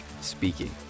speaking